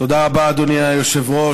תודה רבה, אדוני היושב-ראש.